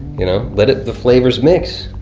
you know let ah the flavors mix.